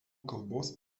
kalbos